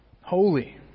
holy